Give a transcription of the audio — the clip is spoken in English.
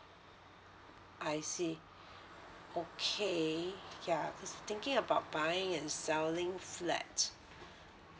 I see okay yeah just thinking about buying and selling flat